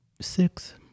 six